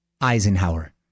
Eisenhower